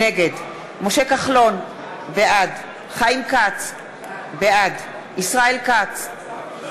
נגד משה כחלון, בעד חיים כץ, בעד ישראל כץ,